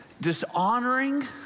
dishonoring